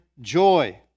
joy